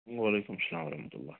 وعلیکُم سلام ورحمَتُہ اللہ